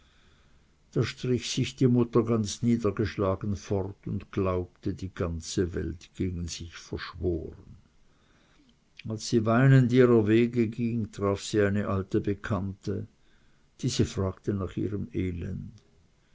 da strich sich die mutter ganz niedergeschlagen fort und glaubte die ganze welt gegen sich verschworen als sie weinend ihrer wege ging traf sie eine alte bekannte diese fragte nach ihrem elend